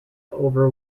over